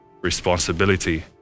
responsibility